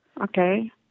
Okay